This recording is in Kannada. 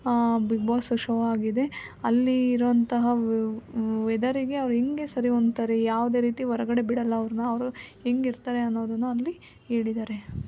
ಬಿಗ್ ಬಾಸ್ ಶೋ ಆಗಿದೆ ಅಲ್ಲಿ ಇರೋವಂತಹ ವೆದರಿಗೆ ಅವ್ರು ಹೆಂಗೆ ಸರಿ ಹೊಂದ್ತಾರೆ ಯಾವುದೇ ರೀತಿ ಹೊರ್ಗಡೆ ಬಿಡೋಲ್ಲ ಅವ್ರನ್ನ ಅವ್ರು ಹೆಂಗ್ ಇರ್ತಾರೆ ಅನ್ನೋದನ್ನು ಅಲ್ಲಿ ಹೇಳಿದಾರೆ